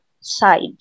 side